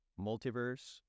Multiverse